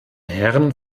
herrn